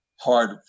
hard